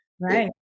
right